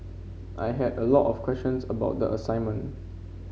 I had a lot of questions about the assignment